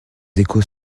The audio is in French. échos